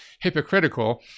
hypocritical